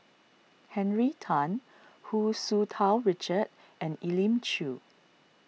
Henry Tan Hu Tsu Tau Richard and Elim Chew